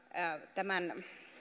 tämän